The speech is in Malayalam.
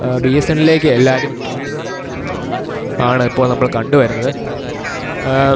ബി എസ് എന്നിലേക്ക് എല്ലാവരും തിരിയുന്നത് ആണ് ഇപ്പോൾ നമ്മൾ കണ്ട് വരുന്നത്